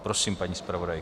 Prosím, paní zpravodajko.